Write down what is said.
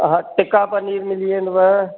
हा टिका पनीर मिली वेंदव